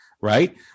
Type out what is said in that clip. right